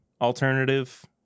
alternative